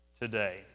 today